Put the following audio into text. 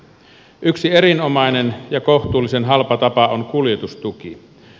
yksi erinomainen ja kohtuullisen halpa tapa on kuljetustuki